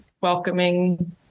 welcoming